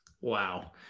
Wow